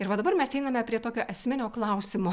ir va dabar mes einame prie tokio esminio klausimo